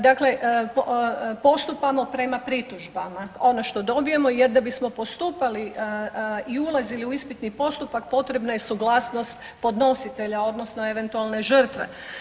Dakle, postupamo prema pritužbama, ono što dobijemo jer da bismo postupali i ulazili u ispitni postupak potrebna je suglasnost podnositelja odnosno eventualne žrtve.